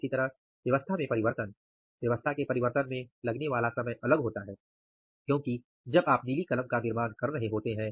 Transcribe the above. इसी तरह व्यवस्था में परिवर्तन व्यवस्था के परिवर्तन में लगने वाला समय अलग होता है क्योंकि जब आप नीली कलम का निर्माण कर रहे होते हैं